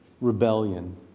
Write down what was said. Rebellion